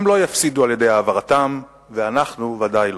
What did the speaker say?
הם לא יפסידו על-ידי העברתם, ואנחנו ודאי לא.